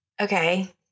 Okay